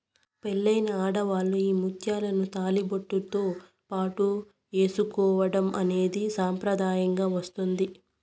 పెళ్ళైన ఆడవాళ్ళు ఈ ముత్యాలను తాళిబొట్టుతో పాటు ఏసుకోవడం అనేది సాంప్రదాయంగా వస్తాంది